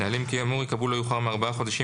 נהלים כאמור ייקבעו לא יאוחר מארבעה חודשים